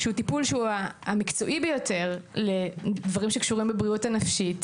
שהוא טיפול שהוא המקצועי ביותר לדברים שקשורים בבריאות הנפשית